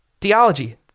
theology